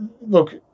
look